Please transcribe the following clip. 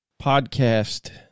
podcast